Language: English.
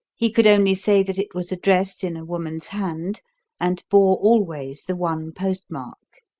he could only say that it was addressed in a woman's hand and bore always the one postmark